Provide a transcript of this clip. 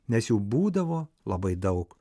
nes jų būdavo labai daug